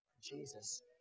Jesus